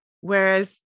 whereas